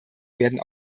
werden